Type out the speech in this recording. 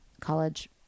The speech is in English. college